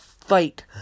fight